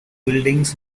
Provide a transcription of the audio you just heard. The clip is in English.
buildings